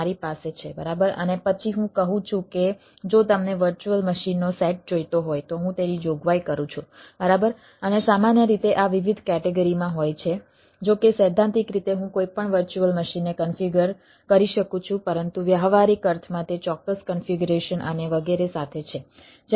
આપણી પાસે IIT KGP વિશાળ છે જે અત્યાર સુધી 8GB RAM ધરાવે છે